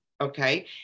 okay